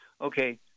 Okay